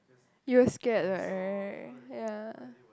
you were scared right ya